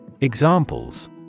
Examples